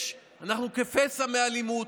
אנחנו כפסע מאלימות,